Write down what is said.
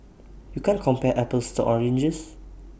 you can't compare apples to oranges